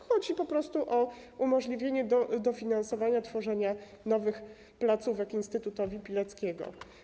Chodzi po prostu o umożliwienie dofinansowania tworzenia nowych placówek Instytutowi Pileckiego.